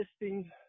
existing